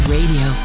Radio